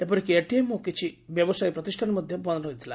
ଏପରିକି ଏଟିଏମ୍ ଓ କିଛି ବ୍ୟବସାୟ ପ୍ରତିଷ୍ଠାନ ମଧ୍ଧ ବନ୍ନ ରହିଥିଲା